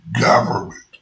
government